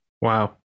Wow